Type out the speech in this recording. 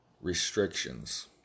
restrictions